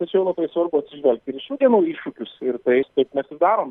tačiau labai svarbu atsižvelgti ir į šių dienų iššūkius ir tai taip mes ir darom